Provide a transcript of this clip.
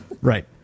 Right